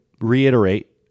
reiterate